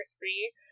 three